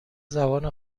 زبان